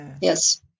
Yes